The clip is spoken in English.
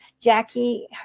Jackie